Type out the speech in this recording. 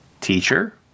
teacher